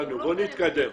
בואו נתקדם.